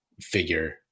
figure